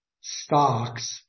stocks